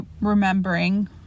remembering